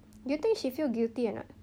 do you think she feel guilty or not